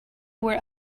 were